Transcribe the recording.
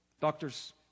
Doctors